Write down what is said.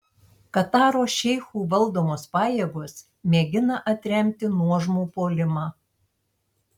kataro šeichų valdomos pajėgos mėgina atremti nuožmų puolimą